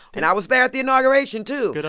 and i was there at the inauguration, too. but